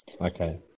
Okay